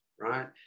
right